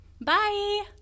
Bye